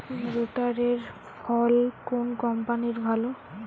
রোটারের ফল কোন কম্পানির ভালো?